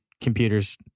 computers